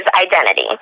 identity